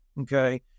okay